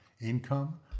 income